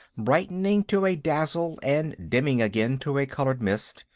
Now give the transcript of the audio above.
brightening to a dazzle and dimming again to a colored mist,